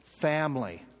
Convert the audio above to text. family